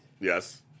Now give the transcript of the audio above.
Yes